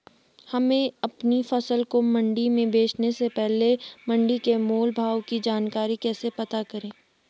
हमें अपनी फसल को मंडी में बेचने से पहले मंडी के मोल भाव की जानकारी कैसे पता करें?